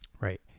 right